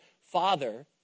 father